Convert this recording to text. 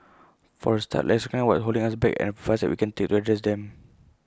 for A start let's recognise what's holding us back and the five steps we can take to address them